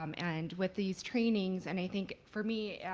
um and with these trainings, and i think for me, yeah